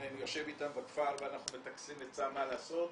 אני יושב איתם בכפר ומטכסים עצה מה לעשות.